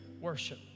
worship